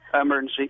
Emergency